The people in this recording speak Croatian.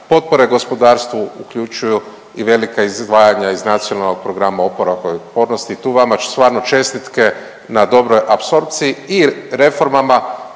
Potpore gospodarstvu uključuju i velika izdvajanja iz NPOO-a tu vama stvarno čestitke na dobroj apsorpciji i reformama